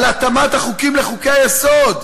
על התאמת החוקים לחוקי-היסוד.